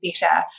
better